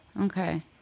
okay